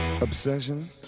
Obsession